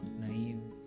naive